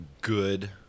good